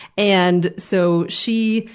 and so she,